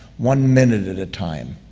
one minute at a time.